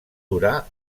durar